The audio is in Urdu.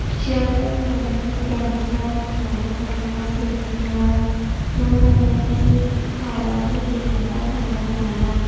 جب میں نے پہلی بار کھانا بنانا سیکھا تھا تو میں نے میری خالہ سے سیکھا تھا کھانا بنانا